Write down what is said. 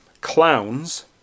Clowns